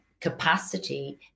capacity